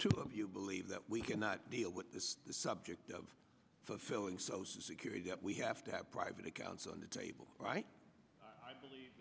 two of you believe that we cannot deal with this subject of fulfilling social security that we have to have private accounts on the table right